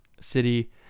city